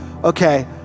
Okay